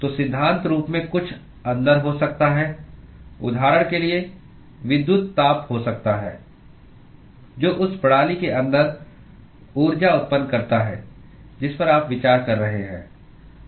तो सिद्धांत रूप में कुछ अंदर हो सकता है उदाहरण के लिए विद्युत ताप हो सकता है जो उस प्रणाली के अंदर ऊर्जा उत्पन्न करता है जिस पर आप विचार कर रहे हैं